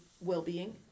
well-being